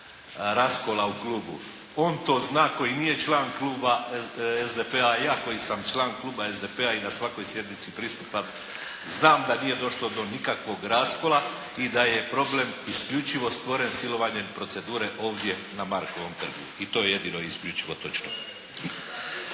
raskola u Klubu. On to zna koji nije član Kluba SDP-a a ja koji sam član Kluba SDP-a i na svakoj sjednici pristupam znam da nije došlo do nikakvog raskola i da je problem isključivo stvoren silovanjem procedure ovdje na Markovom trgu i to je jedino isključivo točno.